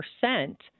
percent